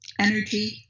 energy